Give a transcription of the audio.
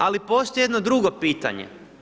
Ali postoji jedno drugi pitanje.